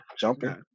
jumping